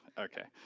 okay.